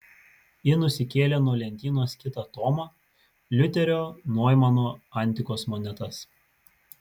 ji nusikėlė nuo lentynos kitą tomą liuterio noimano antikos monetas